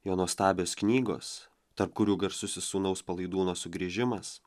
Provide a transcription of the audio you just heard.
jo nuostabios knygos tarp kurių garsusis sūnaus palaidūno sugrįžimas